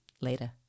Later